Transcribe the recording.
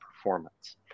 performance